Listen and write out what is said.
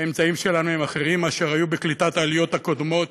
האמצעים שלנו הם אחרים מאלה היו בקליטת העליות הקודמות.